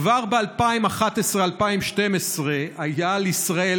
כבר ב-2012-2011 היה על ישראל,